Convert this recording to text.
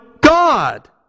God